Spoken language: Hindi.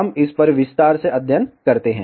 हम इस पर विस्तार से अध्ययन करते हैं